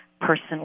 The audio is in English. person